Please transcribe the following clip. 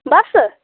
बस